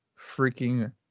freaking